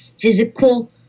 physical